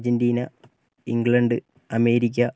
Argentina England America